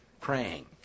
praying